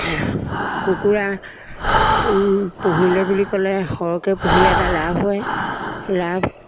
কুকুৰা পুহিলে বুলি ক'লে সৰহকৈ পুহিলে এটা লাভ হয় লাভ